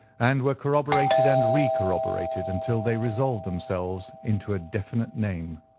and were corroborated and re-corroborated, until they resolved themselves into a definite name.